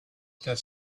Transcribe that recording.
that